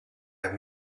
have